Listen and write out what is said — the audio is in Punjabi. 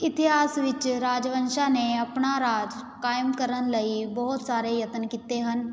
ਇਤਿਹਾਸ ਵਿੱਚ ਰਾਜਵੰਸ਼ਾ ਨੇ ਆਪਣਾ ਰਾਜ ਕਾਇਮ ਕਰਨ ਲਈ ਬਹੁਤ ਸਾਰੇ ਯਤਨ ਕੀਤੇ ਹਨ